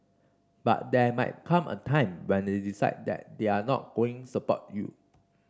but there might come a time when they decide that they're not going support you